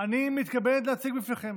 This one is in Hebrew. אני מתכבד להציג בפניכם